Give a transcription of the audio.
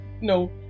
No